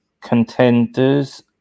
contenders